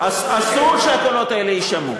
אסור שהקולות האלה יישמעו.